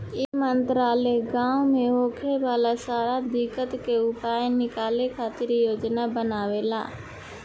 ई मंत्रालय गाँव मे होखे वाला सारा दिक्कत के उपाय निकाले खातिर योजना बनावेला